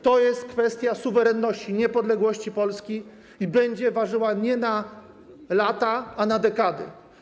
To jest kwestia suwerenności, niepodległości Polski i będzie ważyła nie przez lata, ale dekady.